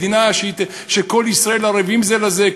מדינה שבה כל ישראל ערבים זה לזה,